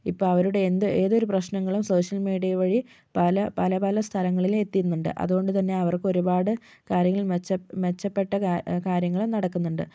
ഇപ്പോൾ അവരുടെ എന്തൊരു ഏതൊരു പ്രശ്നങ്ങളും സോഷ്യൽ മീഡിയ വഴി പല പല സ്ഥലങ്ങളിൽ എത്തുന്നുണ്ട് അതുകൊണ്ട് തന്നെ അവർക്കൊരുപാട് കാര്യങ്ങൾ മെച്ചപ്പെട്ട കാര്യങ്ങൾ നടക്കുന്നുണ്ട്